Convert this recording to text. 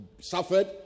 suffered